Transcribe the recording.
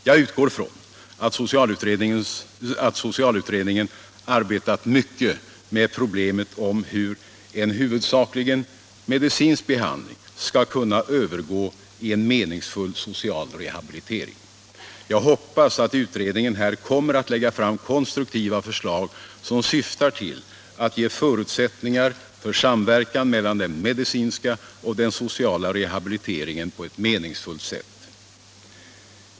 Jag utgår från att socialutredningen arbetat mycket med problemet om hur en huvudsakligen medicinsk behandling skall kunna övergå i en meningsfull social rehabilitering. Jag hoppas att utredningen här kommer att lägga fram konstruktiva förslag som syftar till att ge förutsättningar för samverkan mellan den medicinska och den sociala rehabiliteringen på ett meningsfullt sätt.